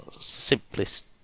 Simplest